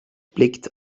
blickt